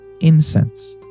incense